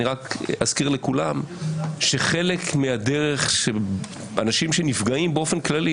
אני רק אזכיר לכולם שחלק מהדרך של אנשים שנפגעים באופן כללי,